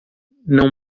não